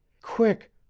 quick!